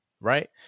Right